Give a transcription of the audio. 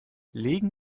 legen